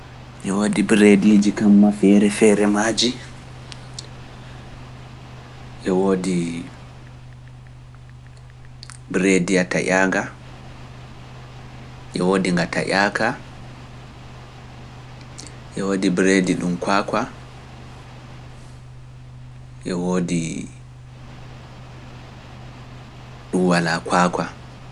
E wodi brediiji fere fere. e wodi biredi dun kwakwa, wodi dun wala kwakwa, wodi tyadum, wodi dun tayaaka.